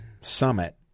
summit